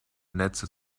netze